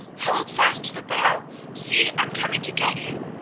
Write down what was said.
hold fast to the bough! see, i am coming to get you!